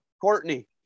Courtney